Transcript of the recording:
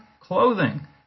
clothing